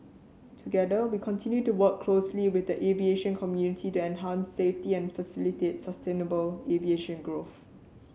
together we continue to work closely with the aviation community to enhance safety and facilitate sustainable aviation growth